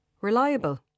reliable